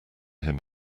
him